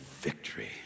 victory